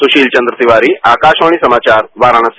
सुशील चन्द्र तिवारी आकार्रवाणी समाचार वाराणसी